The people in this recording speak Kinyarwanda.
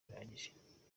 bihagije